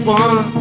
one